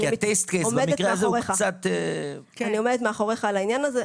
אני עומדת מאחוריך בעניין הזה.